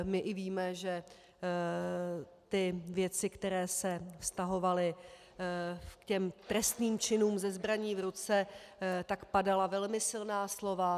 My i víme, že věci, které se vztahovaly k těm trestným činům se zbraní v ruce, tak padala velmi silná slova.